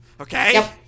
Okay